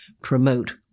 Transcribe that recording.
promote